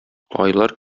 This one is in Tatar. айлар